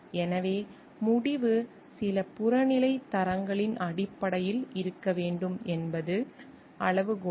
எனவே முடிவு சில புறநிலை தரங்களின் அடிப்படையில் இருக்க வேண்டும் என்பது அளவுகோல்கள்